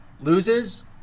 loses